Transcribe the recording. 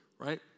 Right